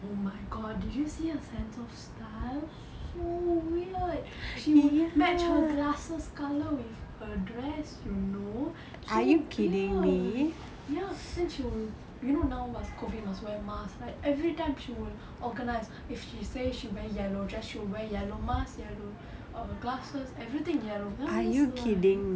oh my god did you see her sense of style so weird she would match her glasses colour with her dress you know so weird ya then she'll you know now must COVID must wear mask right every time she will organise if she say she wear yellow dress she will wear yellow mask yellow err glasses everything yellow then I'm just like